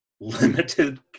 limited